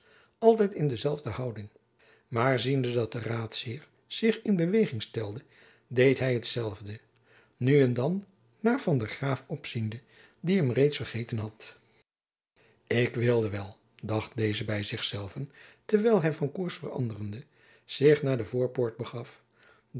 altijd in dezelfde houding maar ziende dat de raadsheer zich in beweging stelde deed hy t zelfde nu en dan naar van der graef opziende die hem reeds vergeten had ik wilde wel dacht deze by zich zelven terwijl hy van koers veranderende zich naar de voorpoort begaf